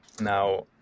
now